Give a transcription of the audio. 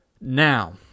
Now